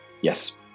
Yes